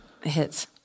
hits